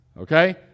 Okay